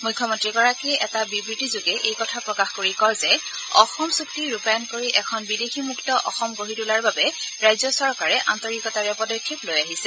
মুখ্যমন্ত্ৰীগৰাকীয়ে এটা বিবৃতিযোগে এই কথা প্ৰকাশ কৰি কয় যে অসম চূক্তি ৰূপায়ণ কৰি এখন বিদেশীমুক্ত অসম গঢ়ি তোলাৰ বাবে ৰাজ্য চৰকাৰে আন্তৰিকতাৰে পদক্ষেপ লৈ আহিছে